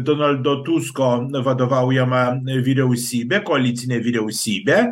donaldo tusko vadovaujamą vyriausybę koalicinę vyriausybę